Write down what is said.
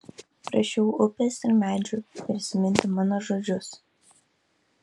prašiau upės ir medžių prisiminti mano žodžius